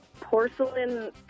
porcelain